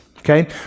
Okay